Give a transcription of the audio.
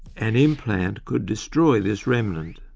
an implant could destroy this remnant.